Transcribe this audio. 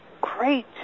great